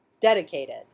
Dedicated